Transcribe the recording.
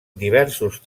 diversos